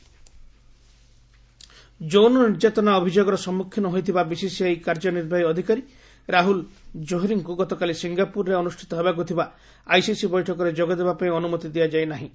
ICC meeting ଯୌନ ନିର୍ଯାତନା ଅଭିଯୋଗର ସମ୍ମୁଖୀନ ହୋଇଥିବା ବିସିସିଆଇ କାର୍ଯ୍ୟ ନିର୍ବାହୀ ଅଧିକାରୀ ରାହୁଳ ଜୋହରିଙ୍କୁ ଗତକାଲି ସିଙ୍ଗାପୁରରେ ଅନୁଷ୍ଠିତ ହେବାକୁଥିବା ଆଇସିସି ବୈଠକରେ ଯୋଗ ଦେବା ପାଇଁ ଅନୁମତି ଦିଆଯାଇ ନାହିଁ